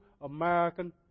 American